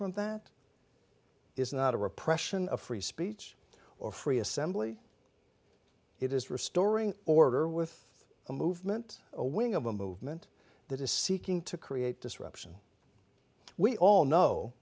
from that is not a repression of free speech or free assembly it is restoring order with a movement a wing of a movement that is seeking to create disruption we all know